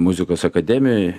muzikos akademijoj